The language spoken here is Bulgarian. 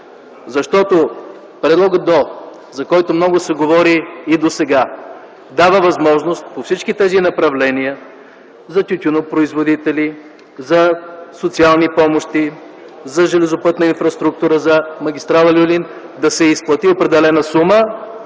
защото предлогът „до”, за който много се говори и досега, дава възможност на всички тези направления – за тютюнопроизводители, за социални помощи, за железопътна инфраструктура, за магистрала „Люлин”, да се изплати определена сума,